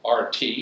RT